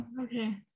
okay